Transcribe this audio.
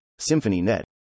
SymphonyNet